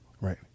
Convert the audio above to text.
Right